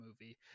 movie